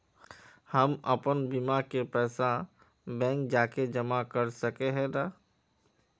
हम अपन बीमा के पैसा बैंक जाके जमा कर सके है नय?